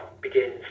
begins